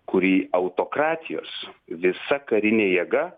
kurį autokratijos visa karinė jėga